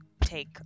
take